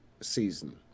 season